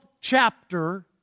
chapter